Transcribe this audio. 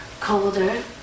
colder